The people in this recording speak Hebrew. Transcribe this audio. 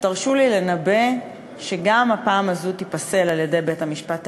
ותרשו לי לנבא שגם בפעם הזאת הוא ייפסל על-ידי בית-המשפט העליון,